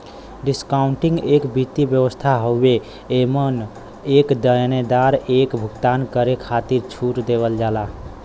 discounting एक वित्तीय व्यवस्था हउवे एमन एक देनदार एक भुगतान करे खातिर छूट देवल जाला